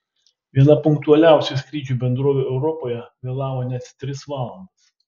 viena punktualiausių skrydžių bendrovių europoje vėlavo net tris valandas